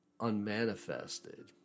unmanifested